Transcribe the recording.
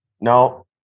No